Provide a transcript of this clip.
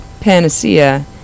Panacea